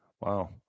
wow